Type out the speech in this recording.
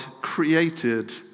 created